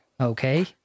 okay